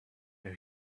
are